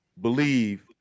believe